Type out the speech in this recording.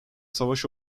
savaş